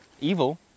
evil